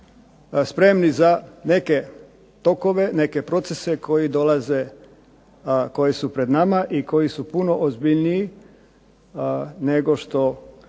spremni za neke tokove, neke procese koji dolaze, koji su pred nama i koji su puno ozbiljniji nego što